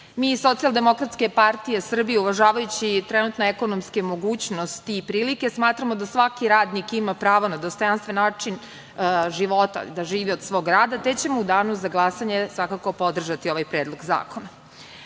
mogućnosti greške. Mi, iz SDPS, uvažavajući trenutne ekonomske mogućnosti i prilike, smatramo da svaki radnik ima pravo na dostojanstven način života, da živi od svog rada, te ćemo u danu za glasanje svakako podržati ovaj predlog zakona. Što